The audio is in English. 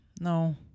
no